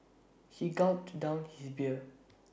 he gulped down his beer